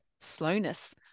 slowness